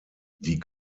die